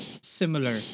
similar